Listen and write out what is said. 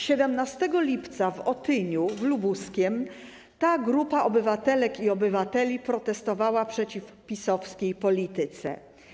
17 lipca w Otyniu w Lubuskiem ta grupa obywatelek i obywateli protestowała przeciw PiS-owskiej polityce.